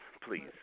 please